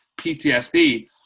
PTSD